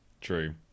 true